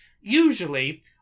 Usually